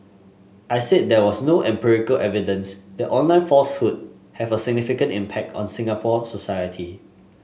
I said there was no empirical evidence that online falsehoods have a significant impact on Singapore society